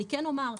אני כן אומר,